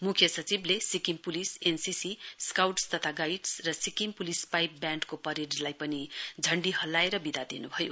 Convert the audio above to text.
मुख्य सचिवले Sikkim police NCC scouts तथा गाइडस र सिक्किम पुलिस पाइप व्याण्डको परेडलाई पनि झण्डी हल्लाएर विदा दिनुभयो